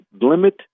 limit